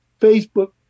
Facebook